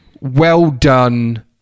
well-done